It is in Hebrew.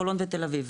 חולון ותל אביב,